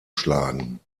schlagen